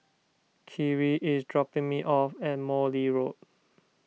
Khiry is dropping me off at Morley Road